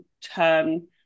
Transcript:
turn